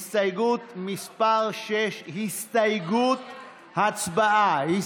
6. הצבעה.